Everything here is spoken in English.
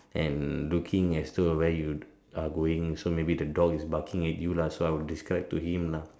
and looking as so where you are going so maybe the dog is barking at you lah so I will describe to him lah